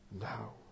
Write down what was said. now